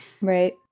Right